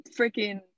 freaking